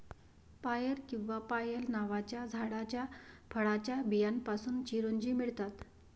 पायर किंवा पायल नावाच्या झाडाच्या फळाच्या बियांपासून चिरोंजी मिळतात